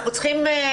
אנחנו צריכים,